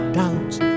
doubts